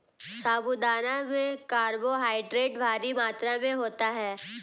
साबूदाना में कार्बोहायड्रेट भारी मात्रा में होता है